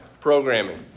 programming